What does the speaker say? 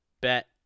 bet